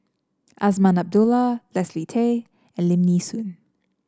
Azman Abdullah Leslie Tay and Lim Nee Soon